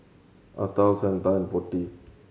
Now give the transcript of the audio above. Atal Santha and Potti